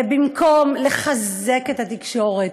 במקום לחזק את התקשורת,